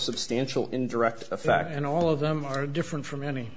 substantial in direct effect and all of them are different from